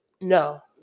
no